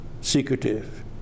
secretive